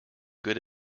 good